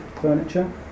furniture